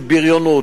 על בריונות,